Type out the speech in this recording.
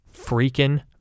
freaking